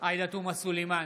עאידה תומא סלימאן,